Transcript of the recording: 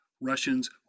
Russians